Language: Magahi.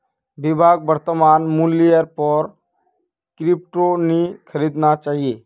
विभाक वर्तमान मूल्येर पर क्रिप्टो नी खरीदना चाहिए